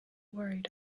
worried